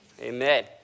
Amen